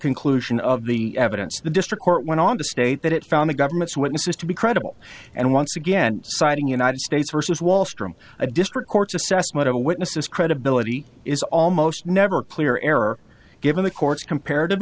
conclusion of the evidence the district court went on to state that it found the government's witnesses to be credible and once again citing united states versus wall street a district court's assessment of witnesses credibility is almost never clear error given the court's comparative